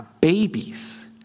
babies